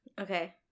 Okay